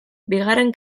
bigarren